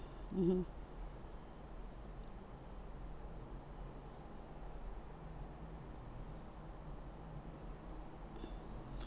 mmhmm